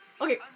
Okay